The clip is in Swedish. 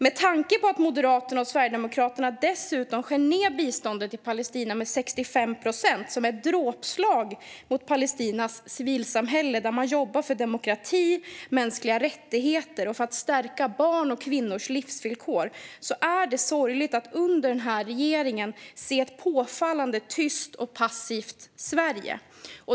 Med tanke på att Moderaterna och Sverigedemokraterna dessutom skär ned biståndet till Palestina med 65 procent, vilket är ett dråpslag mot Palestinas civilsamhälle där man jobbar för demokrati och mänskliga rättigheter och för att stärka barns och kvinnors livsvillkor, är det sorgligt att under den här regeringen se ett påfallande tyst och passivt Sverige.